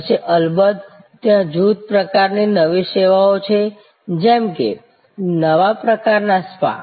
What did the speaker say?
પછી અલબત્ત ત્યાં જુથ પ્રકારની નવી સેવાઓ છે જેમ કે નવા પ્રકારના સ્પા